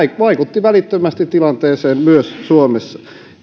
vaikutti välittömästi tilanteeseen myös suomessa